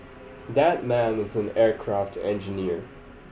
that man is an aircraft engineer